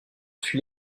fut